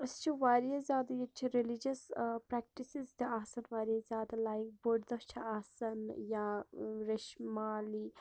أسۍ چھِ واریاہ زیادٕ ییٚتہِ چھِ ریٚلِجَس پریٚکٹِسِز تہِ آسان واریاہ زیادٕ لایک بٔڑۍ دۄہ چھِ آسان یا ریٚشمالی